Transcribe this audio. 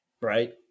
right